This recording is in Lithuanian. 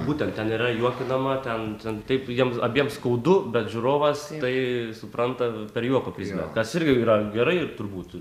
būtent ten yra juokinama ten ten taip jiem abiem skaudu bet žiūrovas tai supranta per juoko prizmę kas irgi yra gerai turbūt